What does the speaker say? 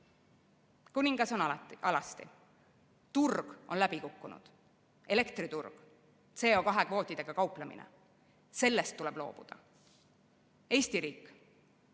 kuningas on alasti. Turg on läbi kukkunud, elektriturg, CO2kvootidega kauplemine – sellest tuleb loobuda. Eesti riik